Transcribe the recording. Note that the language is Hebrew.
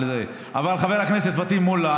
חבר הכנסת פטין מולא,